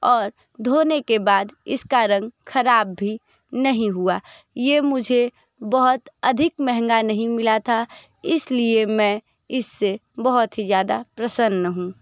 और धोने के बाद इसका रंग खराब भी नहीं हुआ ये मुझे बहुत अधिक महंगा नहीं मिला था इसलिए मैं इससे बहुत ही ज़्यादा प्रसन्न हूँ